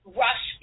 rush